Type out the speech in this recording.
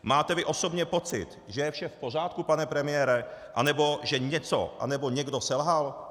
Máte vy osobně pocit, že je vše v pořádku, pane premiére, nebo že něco nebo někdo selhal?